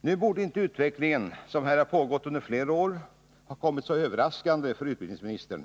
Nu borde inte denna utveckling, som har pågått under flera år, ha kommit så överraskande för utbildningsministern.